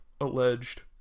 alleged